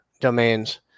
domains